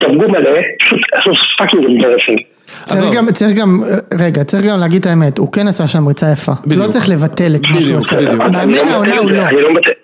תרגום מלא פאקינג אינטרסים. אבל... צריך גם... רגע, צריך גם... רגע, צריך גם להגיד האמת, הוא כן עשה שם ריצה יפה. בדיוק. לא צריך לבטל את מה שהוא עושה. בדיוק. באמת, מאמן העונה הוא לא... אני לא מבטל. אני לא מבטל.